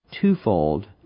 twofold